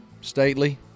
stately